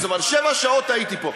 שבע שעות הייתי פה.